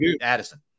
Addison